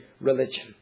religion